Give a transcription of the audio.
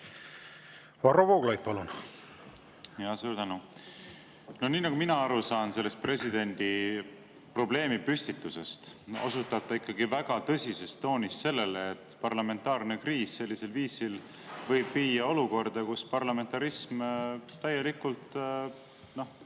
Varro Vooglaid, palun! Suur tänu! Nii nagu mina aru saan sellest presidendi probleemipüstitusest, osutab ta ikkagi väga tõsisel toonil sellele, et parlamentaarne kriis võib sellisel viisil viia olukorda, kus parlamentarism kaob täielikult